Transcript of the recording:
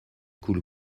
coule